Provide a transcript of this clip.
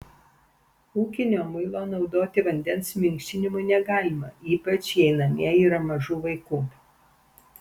ūkinio muilo naudoti vandens minkštinimui negalima ypač jei namie yra mažų vaikų